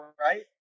right